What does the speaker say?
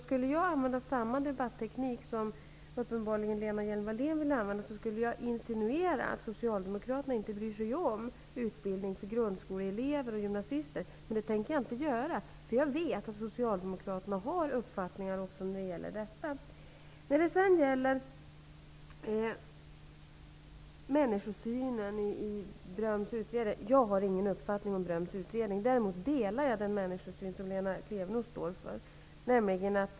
Skulle jag använda samma debatteknik som uppenbarligen Lena Hjelm-Wallén vill använda, skulle jag insinuera att Socialdemokraterna inte bryr sig om utbildning för grundskoleelever och gymnasister, men det tänker jag inte göra, eftersom jag vet att Socialdemokraterna har uppfattningar också om detta. När det sedan gäller människosynen i Bröms utredning vill jag säga att jag inte har någon uppfattning om denna utredning. Däremot delar jag den människosyn som Lena Klevenås står för.